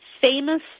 famous